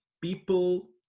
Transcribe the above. people